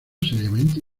seriamente